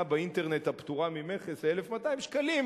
באינטרנט הפטורה ממכס ל-1,200 שקלים,